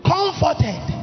Comforted